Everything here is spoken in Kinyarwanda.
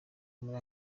muri